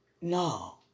No